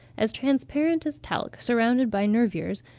as transparent as talc, surrounded by nervures,